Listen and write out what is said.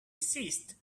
ceased